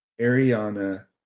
Ariana